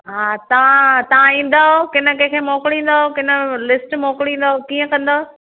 हा तव्हां तव्हां ईंदव की न कंहिं खे मोकिलींदव की न लिस्ट मोकिलींदव कींअं कंदव